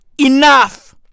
Enough